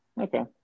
Okay